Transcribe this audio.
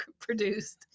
produced